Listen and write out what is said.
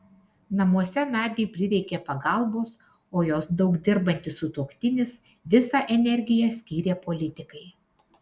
namuose nadiai prireikė pagalbos o jos daug dirbantis sutuoktinis visą energiją skyrė politikai